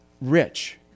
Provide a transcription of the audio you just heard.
rich